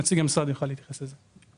נציג המשרד יוכל להתייחס לזה.